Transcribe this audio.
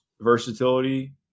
versatility